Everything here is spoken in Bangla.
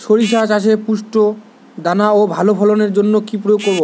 শরিষা চাষে পুষ্ট দানা ও ভালো ফলনের জন্য কি প্রয়োগ করব?